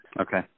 Okay